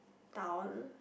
town